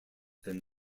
than